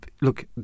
look